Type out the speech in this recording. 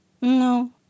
No